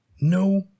no